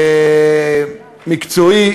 מקצועי,